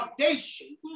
foundation